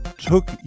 Took